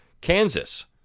Kansas